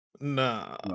Nah